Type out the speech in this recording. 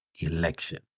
election